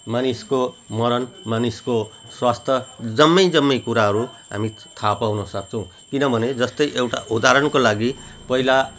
मानिसको मरण मानिसको स्वास्थ्य जम्मै जम्मै कुराहरू हामी थाहा पाउनसक्छौँ किनभने जस्तै एउटा उदाहरणको लागि पहिला